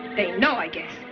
they know, i guess.